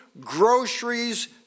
groceries